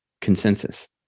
consensus